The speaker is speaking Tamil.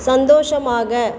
சந்தோஷமாக